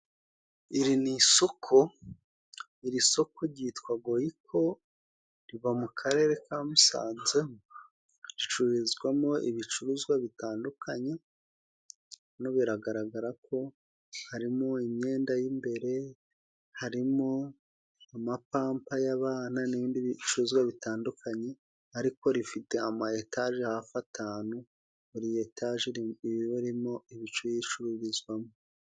Iri ni isoko. Iri soko ryitwa goyiko riba mu karere ka Musanze. Ricururizwamo ibicuruzwa bitandukanye, hano biragaragara ko harimo: imyenda y'imbere, harimo amapampa y'abana, n'ibindi bicuruzwa bitandukanye, ariko rifite amayetaje hafi atanu, buri etaje iba rimo ibice yicururizwamo.